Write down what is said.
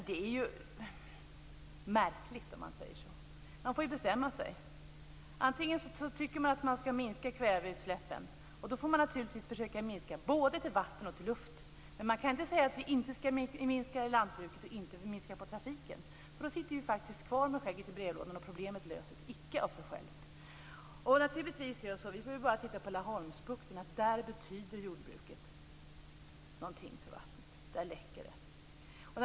Detta är ju märkligt. Man får ju bestämma sig. Antingen tycker man att man skall minska kväveutsläppen. Då får man naturligtvis försöka att minska utsläppen både till vatten och till luft. Men man kan inte säga att man inte skall ha en minskning i lantbruket och inte minska trafiken, för då sitter man faktiskt kvar med skägget i brevlådan, och problemet löses icke av sig självt. Vi behöver bara se på Laholmsbukten, där jordbruket betyder någonting för vattnet. Där läcker det.